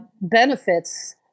benefits